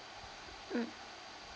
mm